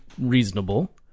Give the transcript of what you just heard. reasonable